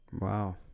Wow